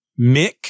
Mick